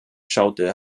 schaute